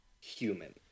human